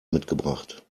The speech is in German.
mitgebracht